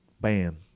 bam